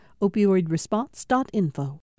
Opioidresponse.info